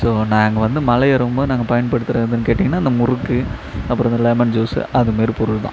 so நாங்கள் வந்து மலை ஏறும் போது நாங்கள் பயன்படுத்துனதுன்னு கேட்டிங்கன்னா இந்த முறுக்கு அப்புறம் இந்த லெமன் ஜூஸு அதுமாரி பொருள் தான்